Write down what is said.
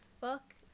fuck